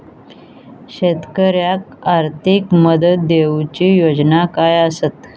शेतकऱ्याक आर्थिक मदत देऊची योजना काय आसत?